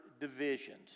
divisions